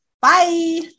bye